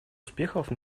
успехов